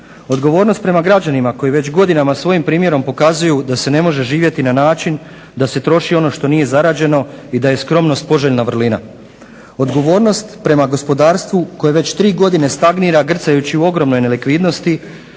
Odgovornost prema građanima koji već godinama svojim primjerom pokazuju da se ne može živjeti na način da se troši ono što nije zarađeno i da je skromnost poželjna vrlina. Odgovornost prema gospodarstvu koje već tri godine stagnira grcajući u ogromnoj nelikvidnosti,